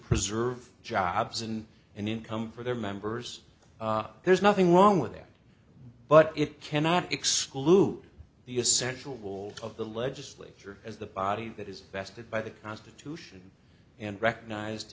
preserve jobs and an income for their members there's nothing wrong with that but it cannot exclude the essential role of the legislature as the body that is vested by the constitution and recognized